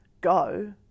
go